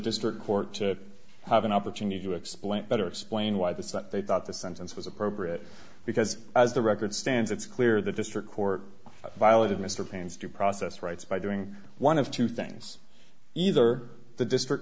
district court to have an opportunity to explain better explain why this that they thought the sentence was appropriate because as the record stands it's clear the district court violated mr paine's due process rights by doing one of two things either the district